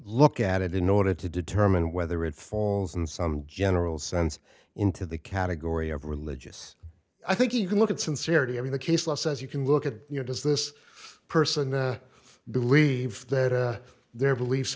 look at it in order to determine whether it falls in some general sense into the category of religious i think you can look at sincerity i mean the case law says you can look at you know does this person believe that or their beliefs